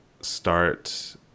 start